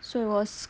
so it was